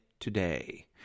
Today